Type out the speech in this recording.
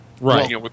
right